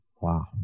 Wow